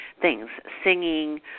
things—singing